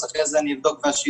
אז אחרי זה אני אבדוק ואשיב.